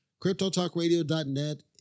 CryptoTalkRadio.net